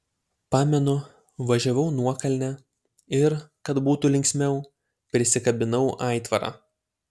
pamenu važiavau nuokalne ir kad būtų linksmiau prisikabinau aitvarą